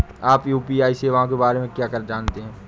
आप यू.पी.आई सेवाओं के बारे में क्या जानते हैं?